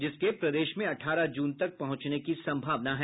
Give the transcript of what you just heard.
जिसके प्रदेश में अठारह जून तक पहुंचने की सम्भावना है